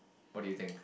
what do you think